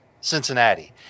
Cincinnati